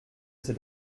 c’est